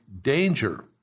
danger